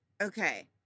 okay